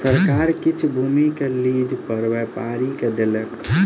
सरकार किछ भूमि के लीज पर व्यापारी के देलक